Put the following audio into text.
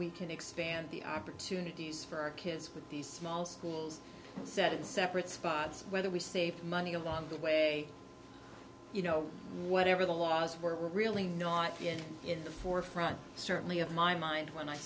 we can expand the opportunities for our kids with these small schools said separate spots whether we save money along the way you know whatever the laws were really not in the forefront certainly of my mind when i